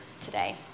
today